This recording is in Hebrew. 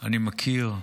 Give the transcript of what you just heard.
אני מכיר,